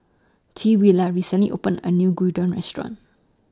Twila recently opened A New Gyudon Restaurant